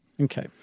Okay